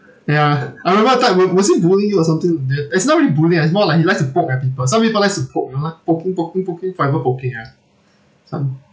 ya I remember that time wa~ was he bullying you or something uh it's not really bully ah is more like he likes to poke at people some people likes to poke you know like poking poking poking forever poking ah some